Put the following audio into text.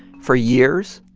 for years,